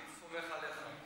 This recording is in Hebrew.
אני סומך עליך.